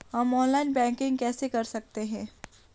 हम online banking कैसे कर सकते हैं?